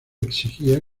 exigía